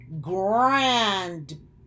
grand